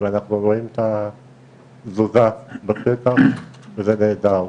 ואנחנו רואים את התזוזה בשטח, וזה נהדר.